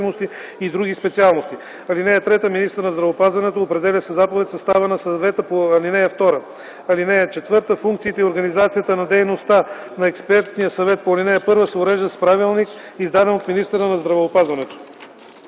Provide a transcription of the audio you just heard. (3) Министърът на здравеопазването определя със заповед състава на съвета по ал. 2. (4) Функциите и организацията на дейността на експертния съвет по ал. 1 се уреждат с правилник, издаден от министъра на здравеопазването.”